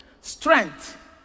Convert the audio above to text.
strength